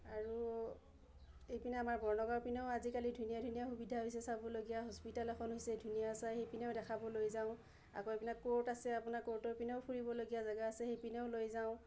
আৰু এই পিনে আমাৰ বৰনগৰপিনেও আজিকালি ধুনীয়া ধুনীয়া সুবিধা হৈছে চাবলগীয়া হস্পিতেল এখন হৈছে ধুনীয়া চাই সেইপিনেও দেখাব লৈ যাওঁ আকৌ এই পিনে কোৰ্ট আছে আপোনাৰ কোৰ্টৰ পিনেও ফুৰিবলগীয়া জেগা আছে সেই পিনেও লৈ যাওঁ